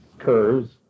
Curves